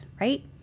right